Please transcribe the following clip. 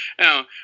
now